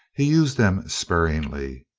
he used them sparingly.